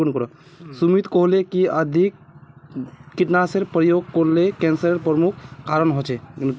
सुमित कहले कि अधिक कीटनाशेर प्रयोग करले कैंसरेर प्रमुख कारण हछेक